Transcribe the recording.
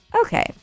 Okay